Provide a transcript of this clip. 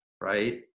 right